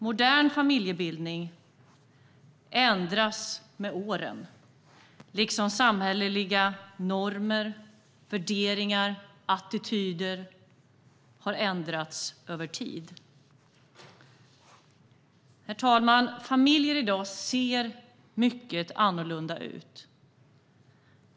Modern familjebildning ändras med åren, liksom samhälleliga normer, värderingar och attityder har ändrats över tid. Herr talman! Familjer i dag ser mycket annorlunda ut.